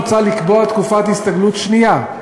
מוצע לקבוע תקופת הסתגלות שנייה,